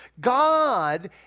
God